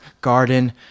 garden